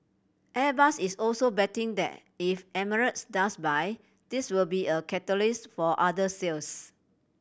Airbus is also betting that if Emirates does buy this will be a catalyst for other sales